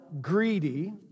greedy